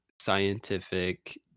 scientific